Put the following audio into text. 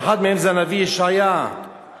שאחד מהם זה הנביא ישעיה שאומר: